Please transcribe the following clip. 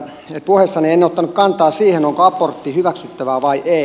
puheessani en ottanut kantaa siihen onko abortti hyväksyttävää vai ei